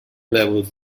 levels